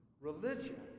religion